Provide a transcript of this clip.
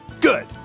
Good